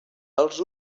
els